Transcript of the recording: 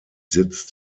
sitz